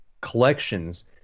collections